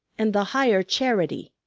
and the higher charity,